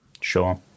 Sure